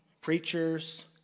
preachers